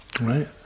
right